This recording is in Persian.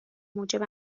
موجب